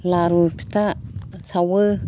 लारु फिथा सावो